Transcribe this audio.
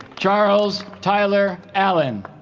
charles tyler allen